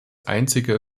einzige